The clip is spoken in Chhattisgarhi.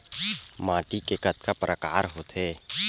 माटी के कतका प्रकार होथे?